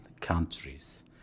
countries